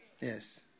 Yes